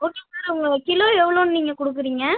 okay sir உங்களுக்கு kilo எவ்வளோன் நீங்கள் கொடுக்குறீங்க